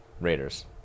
Raiders